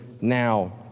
now